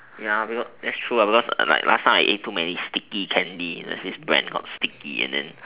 ya be what that's true because like last time I eat too many sticky candy there's this brand called sticky and then